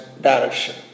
direction